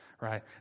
right